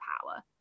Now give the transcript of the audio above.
power